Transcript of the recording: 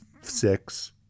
six